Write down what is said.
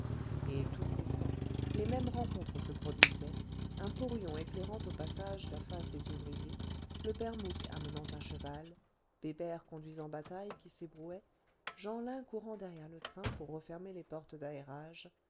et toutes les fois les mêmes rencontres se produisaient un porion éclairant au passage la face des ouvriers le père mouque amenant un cheval bébert conduisant bataille qui s'ébrouait jeanlin courant derrière le train pour refermer les portes